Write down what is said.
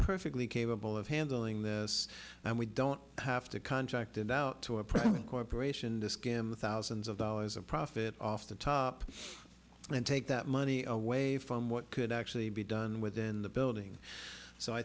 perfectly capable of handling this and we don't have to contracted out to a private corporation to skim thousands of dollars of profit off the top and take that money away from what could actually be done within the building so i